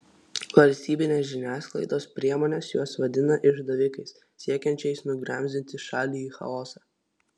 valstybinės žiniasklaidos priemonės juos vadina išdavikais siekiančiais nugramzdinti šalį į chaosą